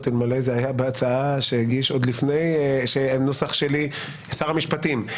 אלמלא זה היה בהצעה שהגיש עוד לפני הנוסח שלי שר המשפטים.